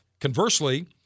Conversely